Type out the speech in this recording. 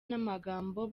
n’amagambo